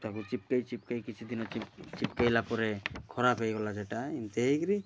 ତା'କୁ ଚିପ୍କାଇ ଚିପ୍କାଇ କି କିଛିଦିନ ଚିପକେଇଲା ପରେ ଖରାପ ହେଇଗଲା ସେଇଟା ଏମିତି ହେଇକିରି